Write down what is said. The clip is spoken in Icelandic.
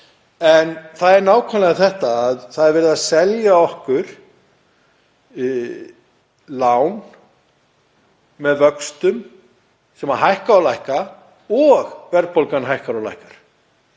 en það er nákvæmlega þetta, það er verið að selja okkur lán með vöxtum sem hækka og lækka og verðbólgan hækkar og lækkar